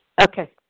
Okay